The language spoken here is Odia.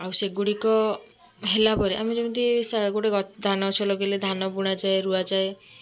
ଆଉ ସେଗୁଡ଼ିକ ହେଲା ପରେ ଆମେ ଯେମିତି ସେ ଗୋଟେ ଧାନଗଛ ଲଗେଇଲେ ଧାନ ବୁଣାଯାଏ ରୁଆଯାଏ